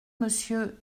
monsieur